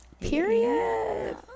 period